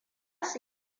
su